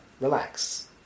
Relax